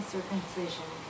circumcision